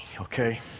okay